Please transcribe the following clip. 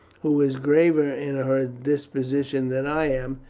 who is graver in her disposition than i am,